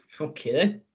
Okay